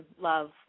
love